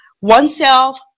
oneself